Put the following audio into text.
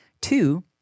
Two